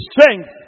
strength